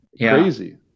Crazy